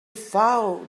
found